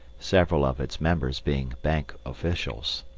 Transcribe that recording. several of its members being bank officials.